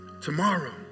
tomorrow